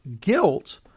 guilt